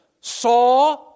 saw